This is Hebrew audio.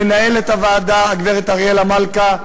למנהלת הוועדה הגברת אריאלה מלכה,